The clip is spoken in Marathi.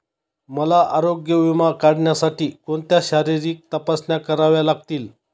मला आरोग्य विमा काढण्यासाठी कोणत्या शारीरिक तपासण्या कराव्या लागतील?